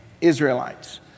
Israelites